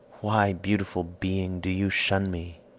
why, beautiful being, do you shun me?